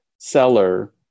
seller